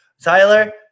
Tyler